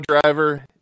driver